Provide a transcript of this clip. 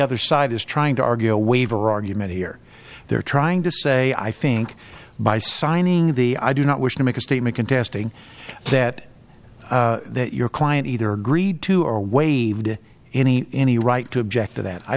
other side is trying to argue a waiver argument here they're trying to say i think by signing b i do not wish to make a statement contesting that that your client either agreed to or waived any any right to object to that i